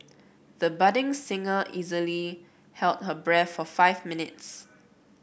the budding singer easily held her breath for five minutes